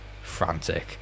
frantic